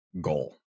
goal